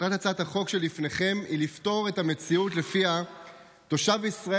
מטרת הצעת החוק שלפניכם היא לפתור את המציאות שלפיה תושב ישראל